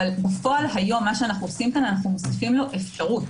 אבל בפועל היום אנו מוסיפים לו אפשרות.